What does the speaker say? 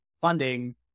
funding